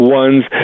ones